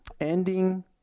ending